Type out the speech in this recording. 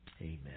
Amen